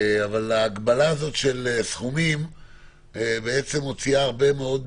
אבל ההגבלה של סכומים בעצם מוציאה הרבה מאוד